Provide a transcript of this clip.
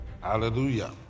Hallelujah